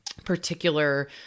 particular